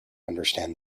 understand